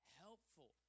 helpful